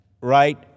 right